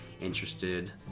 interested